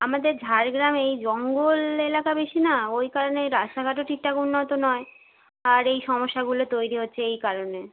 আমাদের ঝাড়গ্রাম এই জঙ্গল এলাকা বেশি না ওই কারণে এই রাস্তাঘাটও ঠিকঠাক উন্নত নয় আর এই সমস্যাগুলো তৈরি হচ্ছে এই কারণে